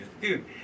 dude